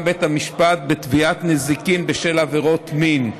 בית המשפט בתביעת נזיקין בשל עבירות מין.